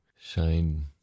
shine